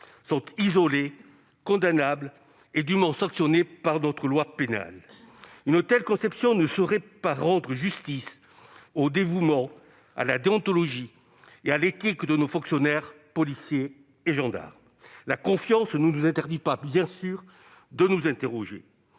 sont isolées, condamnables et dûment sanctionnées par notre loi pénale. Une telle conception ne rendrait pas justice au dévouement, à la déontologie et à l'éthique de nos fonctionnaires, policiers et gendarmes. La confiance ne nous interdit pas, bien sûr, de nous interroger.